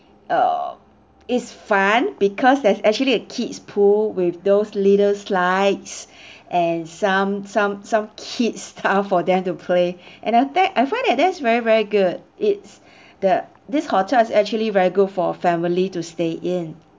err is fun because there's actually a kid's pool with those little slides and some some some kid's stuff for them to play and I think I find that's very very good it's the this hotel is actually very good for family to stay in